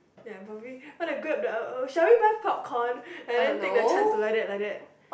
ya probably shall we buy popcorn but then take the chance to like that like that